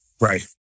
Right